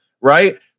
right